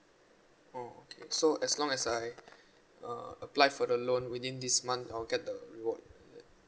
oh okay so as long as I uh apply for the loan within this month I'll get the reward is it